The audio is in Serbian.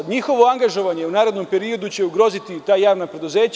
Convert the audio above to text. Njihovo angažovanje u narednom periodu će ugroziti ta javna preduzeća.